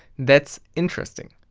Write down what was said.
that's interesting.